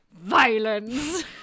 violence